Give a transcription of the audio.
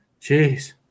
Jeez